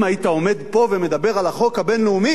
אם היית עומד פה ומדבר על החוק הבין-לאומי